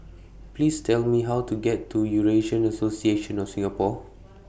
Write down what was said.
Please Tell Me How to get to Eurasian Association of Singapore